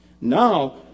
Now